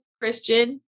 Christian